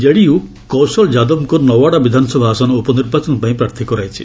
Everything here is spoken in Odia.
ଜେଡିୟୁ କୌଶଳ ଯାଦବଙ୍କୁ ନୱାଡ଼ା ବିଧାନସଭା ଆସନ ଉପନିର୍ବାଚନ ପାଇଁ ପ୍ରାର୍ଥୀ କରାଇଛି